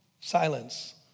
silence